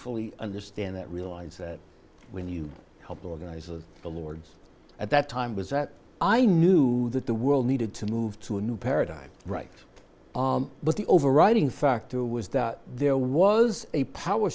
fully understand that realize that when you helped organize the lords at that time was that i knew that the world needed to move to a new paradigm right but the overriding factor was that there was a power